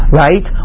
right